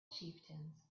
chieftains